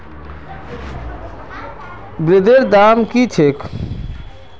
ब्रेदेर दाम की छेक